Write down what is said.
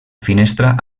finestra